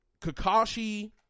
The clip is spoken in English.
Kakashi